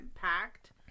packed